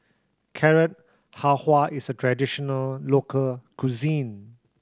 Carrot Halwa is a traditional local cuisine